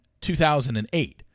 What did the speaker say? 2008